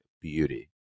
beauty